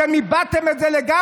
אתם איבדתם את זה לגמרי.